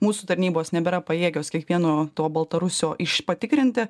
mūsų tarnybos nebėra pajėgios kiekvieno to baltarusio iš patikrinti